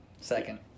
Second